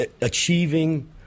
Achieving